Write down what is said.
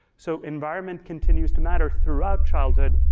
so environment continues to matter throughout childhood,